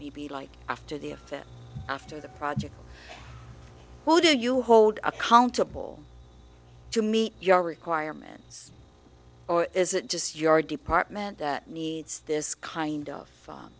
maybe like after the effect after the project what do you hold accountable to meet your requirements or is it just your department that needs this kind of